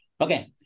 Okay